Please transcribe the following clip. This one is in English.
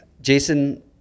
Jason